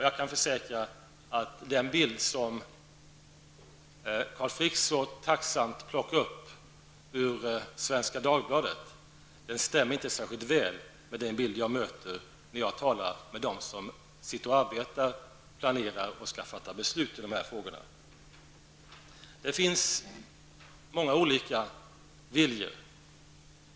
Jag kan försäkra att den bild som Carl Frick så tacksamt plockar upp ur Svenska Dagbladet inte överensstämmer särskilt väl med den bild som jag möter när jag talar med dem som arbetar med, planerar och skall fatta beslut om dessa frågor. Det finns många olika viljor.